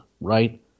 right